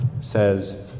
says